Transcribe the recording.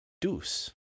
deuce